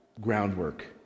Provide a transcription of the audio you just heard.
groundwork